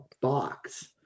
box